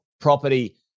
property